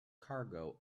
cargo